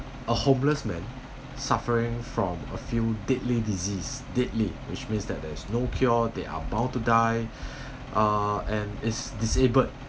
a homeless man suffering from a few deadly disease deadly which means that there's no cure they are about to die and is disabled